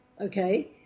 Okay